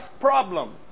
problem